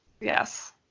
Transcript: Yes